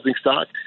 stock